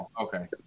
okay